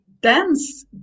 dance